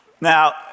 Now